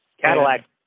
Cadillac